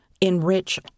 enrich